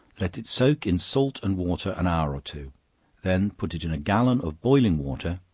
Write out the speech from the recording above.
let it soak in salt and water an hour or two then put it in a gallon of boiling water,